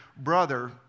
brother